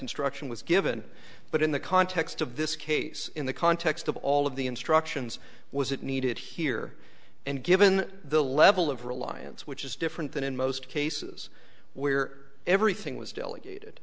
instruction was given but in the context of this case in the context of all of the instructions was it needed here and given the level of reliance which is different than in most cases where everything was delegated